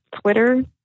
Twitter